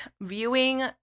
viewing